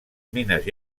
mines